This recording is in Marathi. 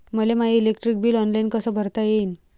मले माय इलेक्ट्रिक बिल ऑनलाईन कस भरता येईन?